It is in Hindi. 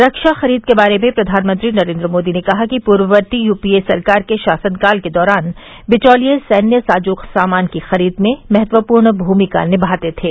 रक्षा खरीद के बारे में प्रधानमंत्री नरेंद्र मोदी ने कहा कि पूर्ववर्ती यूपीए सरकार के शासनकाल के दौरान बिचौलिये सैन्य साजोसामान की खरीद में महत्वपूर्ण भूमिका निभाते थे